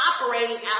operating